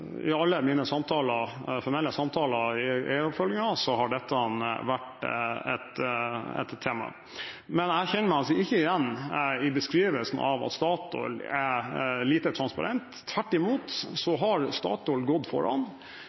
I alle mine formelle samtaler i eieroppfølgingen har dette vært et tema. Jeg kjenner meg ikke igjen i beskrivelsen av at Statoil er lite transparent. Tvert imot, Statoil har gjentatte ganger gått foran